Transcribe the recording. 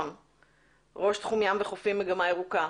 ראש תחום ים וחופים, מגמה ירוקה.